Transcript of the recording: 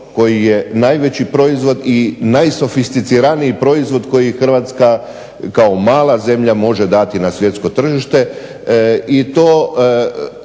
koji je najveći proizvod i najsofisticiraniji proizvod koji Hrvatska kao mala zemlja može dati na svjetsko tržište.